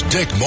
Dick